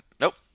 nope